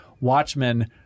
Watchmen